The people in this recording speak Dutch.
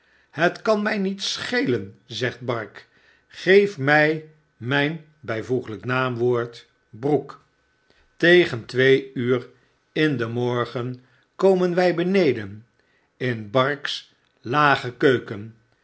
het kan mjj niets verschelen zegt bark geef my myn bijvl n w broek i tegen twee uur in den morgen komen wy beneden in bark's lage keuken